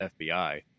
FBI